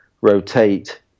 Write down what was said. rotate